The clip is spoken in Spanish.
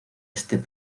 este